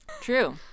True